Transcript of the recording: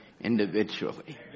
individually